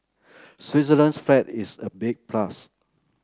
Switzerland's flag is a big plus